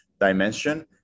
dimension